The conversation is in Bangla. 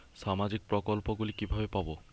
সামাজিক প্রকল্প গুলি কিভাবে পাব?